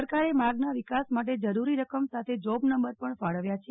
સરકારે માર્ગના વિકાસ માટે જરૂરી રકમ સાથે જોબ નંબર પણ ફાળવ્યા છે